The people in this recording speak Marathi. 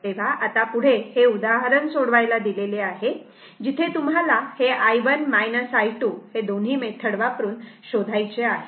तर आता पुढे हे उदाहरण सोडवायला दिले आहे जिथे तुम्हाला हे i1 i2 दोन्ही मेथड वापरून शोधायचे आहे